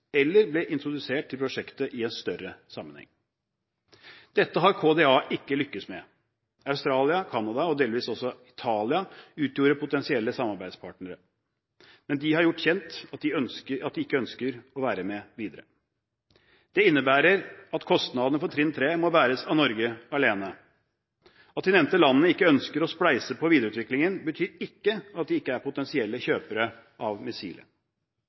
eller bli introdusert til prosjektet i en større sammenheng. Dette har KDA ikke lyktes med. Australia, Canada og delvis også Italia utgjorde potensielle samarbeidspartnere. Men de har gjort kjent at de ikke ønsker å være med videre. Det innebærer at kostnadene for trinn 3 må bæres av Norge alene. At de nevnte landene ikke ønsker å spleise på videreutviklingen, betyr ikke at de ikke er potensielle kjøpere av